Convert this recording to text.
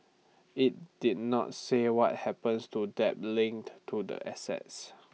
IT did not say what happens to debt linked to the assets